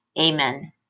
Amen